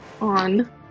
on